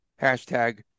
Hashtag